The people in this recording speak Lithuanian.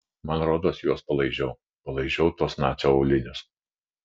man rodos juos palaižiau palaižiau tuos nacio aulinius